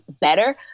better